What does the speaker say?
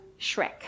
Shrek